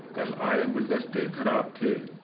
कल आए गुलदस्ते ख़राब थे